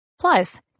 Plus